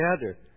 together